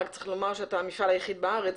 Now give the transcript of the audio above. צריך לומר שאתה המפעל היחיד בארץ.